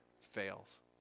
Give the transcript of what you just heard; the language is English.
fails